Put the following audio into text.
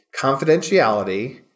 confidentiality